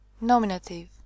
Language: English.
Nominative